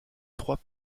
trois